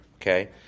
okay